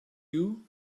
you